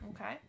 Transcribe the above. Okay